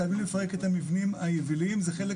חייבים לפרק את המבנים היבילים-זה חלק